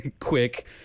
quick